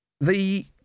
The